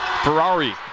Ferrari